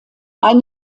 eine